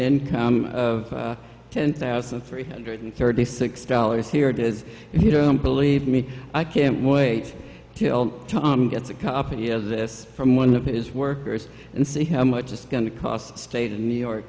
income of ten thousand three hundred thirty six dollars here it is if you don't believe me i can't wait till tom gets a copy of this from one of his workers and see how much it's going to cost the state of new york